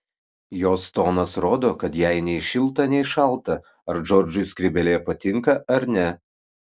jos tonas rodo kad jai nei šilta nei šalta ar džordžui skrybėlė patinka ar ne